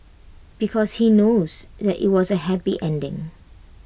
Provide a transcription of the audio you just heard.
because he knows that IT has A happy ending